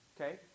Okay